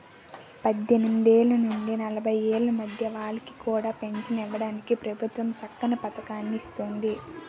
పద్దెనిమిదేళ్ల నుండి నలభై ఏళ్ల మధ్య వాళ్ళకి కూడా పెంచను ఇవ్వడానికి ప్రభుత్వం చక్కని పదకాన్ని ఇస్తోంది